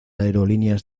aerolíneas